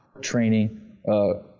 training